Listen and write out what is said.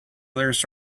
others